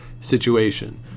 situation